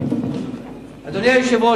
אדוני השר,